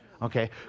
Okay